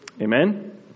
Amen